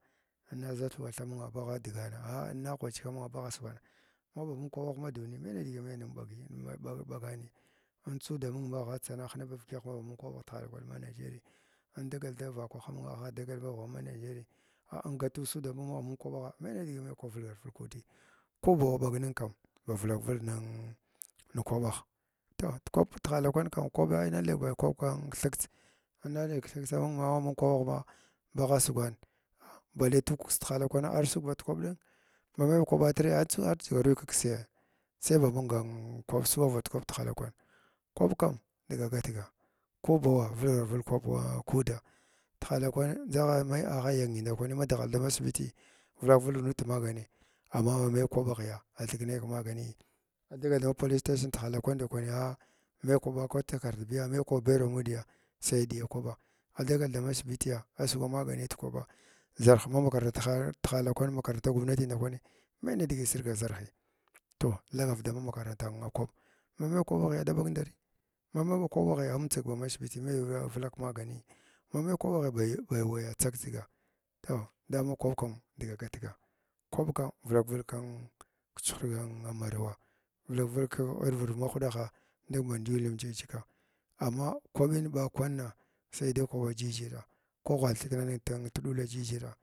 A inna za thuwa tha muna bagha dəgana inna ghuachka muna bagha sugwana maba mung kwaɓagh ma duni me digi a me nin bag ɓagani man tsuda mun bagha tsana a hida bavgyagh mana mung kwabagh tihala kwan mathe jiri man dagal da vakwaha munna agha dagala bba manajeri a in gatu suda munna maba mung kwaɓagh me digi ku bau wa ɓagnin kam ba vilak vilg nan kwaɓagh to da kwa halakwan kam kwaba nalnig ba kwaɓ kəthes. Inna nig theks man maba mung kwabagh ma bagha sugwan bali takəs hla kwanapta wr sug bad kwaɓ ɗam mama ba kwaɓa tirya art ar tsigavui kəkisya sau ba mangan kwaɓ kwaɓ kam diga gatga ku bawa vilgakwaɓa a kuda tihalakwan ndzagha mai agha yanbi ndakwi ma dighalda m asibit vilakvilg nud kəmagani amm ma me kwaɓaghya a thikne kəma ganiyi a dagal da ma polis tashin tihala kwnda kwani a me kwaɓaghya a thikne kəma ganiyi a dagal da ma polis tashi tihala kwandakwani a me kwaɓa ko takard biya me kwaɓa bero amudya sai a diya kwaɓa adagal da ma sibitiya a sugwa magani di kwaɓa zarh ma makarant tahr-təhla kwan makaranta gumnati nda kwani me nidigi sirga zarhi to lanav da ma makarantan a kwaɓ ma me kwaɓaghya ada ɓag ndari ma me ba kwaɓaghya amtsig ba mashbiti me wa vilak magniyi ma me kwaɓaghya ba waya tsak tsiga to da ma kwaɓ kan diga gataga kwaɓ kan vilakvilg kan katsuhurga marawa vilak vilg kən kətsu hurga marawa vilak vilg kan irviɗ ma huɗagha nig band ya linchik chika amma kwabin ɓakwana sai de kwaɓa jijira kwagha theknanin ti dala jijira.